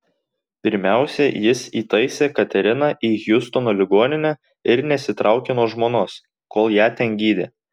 pirmiausia jis įtaisė kateriną į hjustono ligoninę ir nesitraukė nuo žmonos kol ją ten gydė